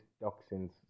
toxins